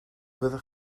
fydda